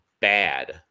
bad